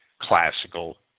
classical